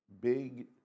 big